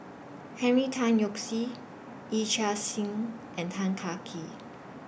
Henry Tan Yoke See Yee Chia Hsing and Tan Kah Kee